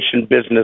business